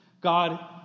God